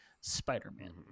Spider-Man